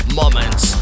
moments